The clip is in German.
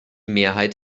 mehrheit